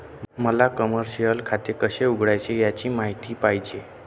मला कमर्शिअल खाते कसे उघडायचे याची माहिती पाहिजे